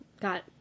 got